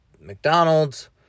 McDonald's